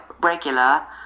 regular